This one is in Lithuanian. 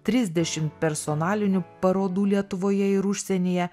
trisdešim personalinių parodų lietuvoje ir užsienyje